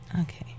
Okay